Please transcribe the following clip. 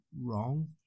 wrong